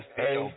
hey